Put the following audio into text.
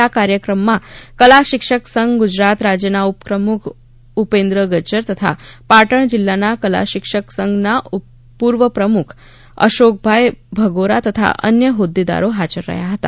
આ કાર્યક્રમમાં કલાશિક્ષક સંઘ ગુજરાત રાજ્યના ઉપપ્રમુખ ઉપેન્દ્ર ગજ્જર તથા પાટણ જિલ્લા કલાશિક્ષક સંઘના પૂર્વ પ્રમુખ અશોકભાઈ ભગોરા તથા અન્ય હોદ્દેદારો હાજર રહ્યા હતા